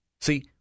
See